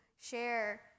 share